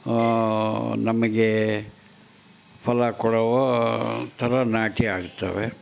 ನಮಗೆ ಫಲ ಕೊಡುವ ಥರ ನಾಟಿಯಾಗ್ತವೆ